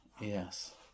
Yes